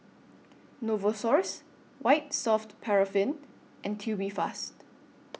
Novosource White Soft Paraffin and Tubifast